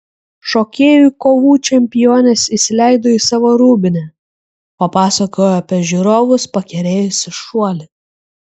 šokėjų kovų čempionės įsileido į savo rūbinę papasakojo apie žiūrovus pakerėjusį šuolį